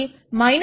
4 ఉంటాయి